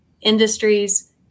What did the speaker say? industries